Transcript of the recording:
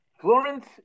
Florence